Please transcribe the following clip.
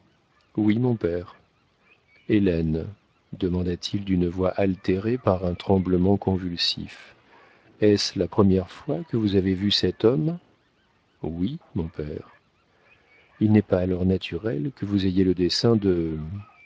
oui mon père hélène demanda-t-il d'une voix altérée par un tremblement convulsif est-ce la première fois que vous avez vu cet homme oui mon père il n'est pas alors naturel que vous ayez le dessein de